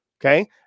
Okay